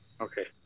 Okay